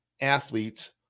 athletes